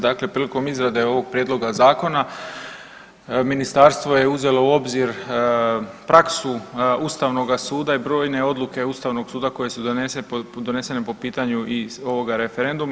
Dakle, prilikom izrade ovog prijedloga zakona ministarstvo je uzelo u obzir praksu Ustavnoga suda i brojne odluke Ustavnog suda koje su donesene po pitanju i ovoga referenduma.